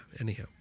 Anyhow